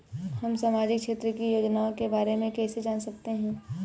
हम सामाजिक क्षेत्र की योजनाओं के बारे में कैसे जान सकते हैं?